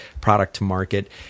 product-to-market